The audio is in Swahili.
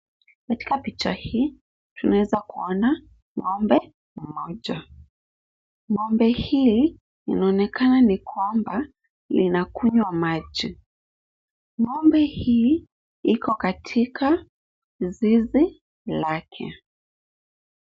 Katika picha hii tunaweza kuona ng'ombe mmoja. Ng'ombe hili linaonekana nikwamba linakunywa maji. Ng'ombe huyu ako katika zizi lake.